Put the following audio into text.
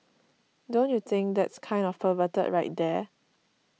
don't you think that's kind of perverted right there